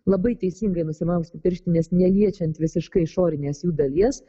labai teisingai nusimauti pirštines neliečiant visiškai išorinės jų dalies